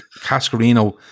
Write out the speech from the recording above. Cascarino